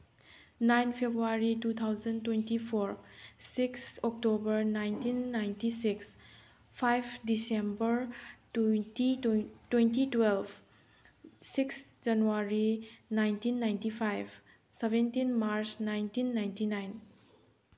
nine February two thousand twenty four six October nineteen ninety six five December twenty twelve six January nineteen ninety five seventeen March nineteen ninety nine